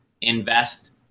invest